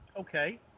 Okay